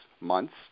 months